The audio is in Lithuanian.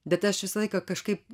bet aš visą laiką kažkaip